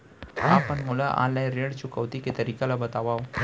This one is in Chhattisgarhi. आप मन मोला ऑनलाइन ऋण चुकौती के तरीका ल बतावव?